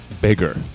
bigger